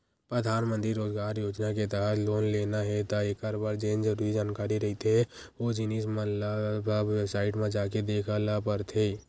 परधानमंतरी रोजगार योजना के तहत लोन लेना हे त एखर बर जेन जरुरी जानकारी रहिथे ओ जिनिस मन ल सब बेबसाईट म जाके देख ल परथे